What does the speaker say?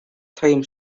time